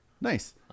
nice